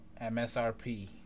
MSRP